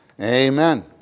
Amen